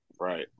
Right